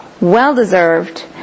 well-deserved